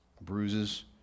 bruises